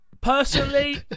Personally